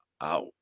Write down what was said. out